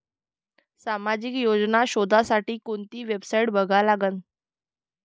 सामाजिक योजना शोधासाठी कोंती वेबसाईट बघा लागन?